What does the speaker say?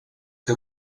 que